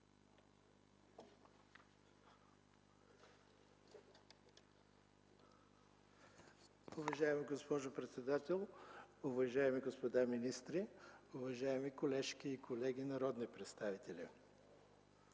уважаема госпожо председател. Уважаеми господа министри, уважаеми дами и господа народни представители!